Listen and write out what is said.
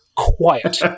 quiet